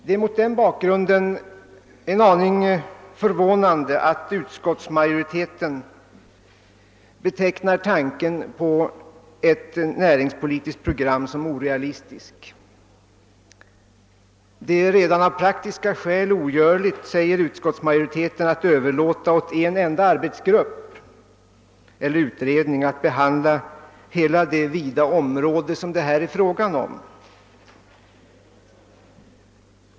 Det är mot den bakgrunden litet förvånande att utskottsmajoriteten betecknar tanken på ett näringspolitiskt program som orealistiskt. Det ter sig redan av praktiska skäl ogörligt — säger utskottsmajoriteten — att överlåta åt en enda parlamentarisk arbetsgrupp att behandla hela det vida område som det här är fråga om.